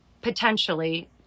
potentially